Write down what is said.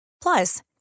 Plus